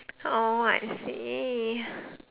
oh I see